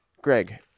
Greg